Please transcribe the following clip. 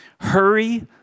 Hurry